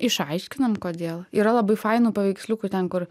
išaiškinam kodėl yra labai fainų paveiksliukų ten kur